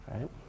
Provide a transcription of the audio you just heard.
right